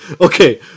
Okay